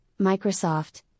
Microsoft